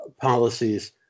policies